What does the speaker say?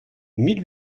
mille